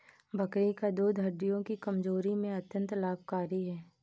बकरी का दूध हड्डियों की कमजोरी में अत्यंत लाभकारी है